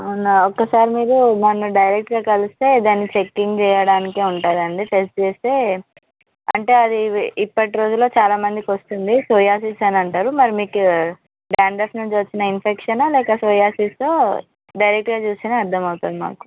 అవునా ఒక్కసారి మీరు నన్ను డైరెక్ట్గా కలిస్తే దాన్ని టెస్టింగ్ చేయడానికి ఉంటుంది అండి టేస్ట్ చేస్తే అంటే అది ఇప్పటి రోజుల్లో చాలా మందికి వస్తుంది సొరియాసిస్ అని అంటారు మరి మీకు డాండ్రఫ్ నుంచి వచ్చిన ఇన్ఫెక్షనా లేక సొరియాసిస్సో డైరెక్ట్గా చూస్తేనే అర్థం అవుతుంది మాకు